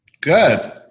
Good